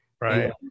Right